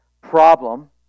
problem